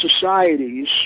societies